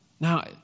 Now